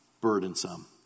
burdensome